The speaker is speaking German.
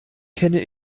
kenne